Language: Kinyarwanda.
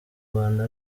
rwanda